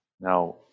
Now